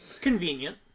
convenient